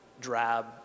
drab